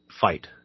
fight